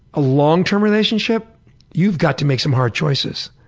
a long-term relationship you've got to make some hard choices.